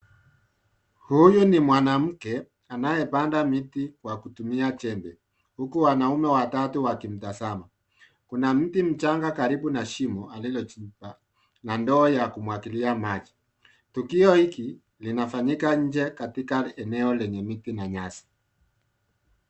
Huyu ni mwanamke anayepanda miti Kwa kutumia jembe huku wanaume watatu wakimtazama. Kuna mti mchanga karibu na shimo alilochimba na ndoo ya kumwangilia maji. Tukio hiki linafanyika nje katika eneo lenye miti na nyasi.